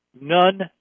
none